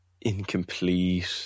incomplete